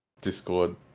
Discord